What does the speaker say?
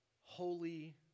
holy